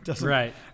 Right